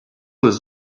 was